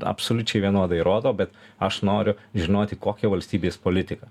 absoliučiai vienodai rodo bet aš noriu žinoti kokia valstybės politika